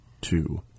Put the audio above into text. two